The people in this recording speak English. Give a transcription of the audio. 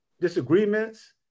disagreements